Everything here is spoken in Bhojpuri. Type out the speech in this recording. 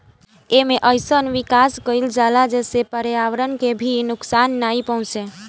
एमे अइसन विकास कईल जाला जेसे पर्यावरण के भी नुकसान नाइ पहुंचे